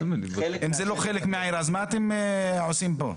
אם זה לא חלק מהעיר אז מה אתם עושים בו?